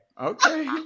okay